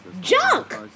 junk